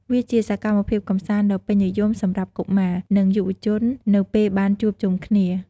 វាជាសកម្មភាពកម្សាន្តដ៏ពេញនិយមសម្រាប់កុមារ និងយុវជននៅពេលបានជួបជុំគ្នា។